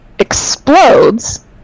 explodes